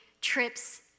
trips